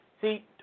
See